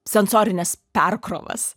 sensorines perkrovas